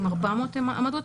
עם 400 עמדות,